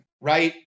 right